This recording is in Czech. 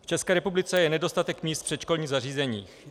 V České republice je nedostatek míst v předškolních zařízeních.